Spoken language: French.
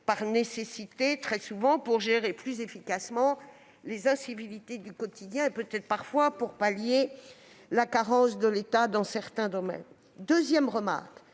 par nécessité très souvent, pour gérer plus efficacement les incivilités du quotidien et, parfois, pour pallier la carence de l'État dans certains domaines. Ensuite,